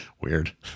weird